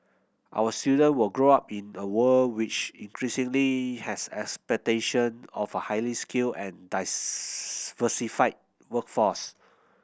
our students will grow up in a world which increasingly has expectation of a highly skilled and workforce